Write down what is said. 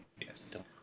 Yes